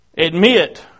admit